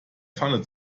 pfanne